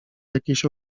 jakiejś